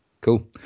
cool